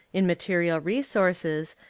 in material resources,